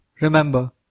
Remember